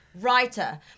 writer